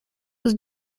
was